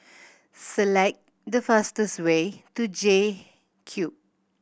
select the fastest way to J Cube